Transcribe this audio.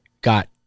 got